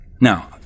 Now